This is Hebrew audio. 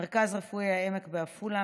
מרכז רפואי העמק בעפולה,